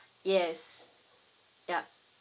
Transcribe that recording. yes yup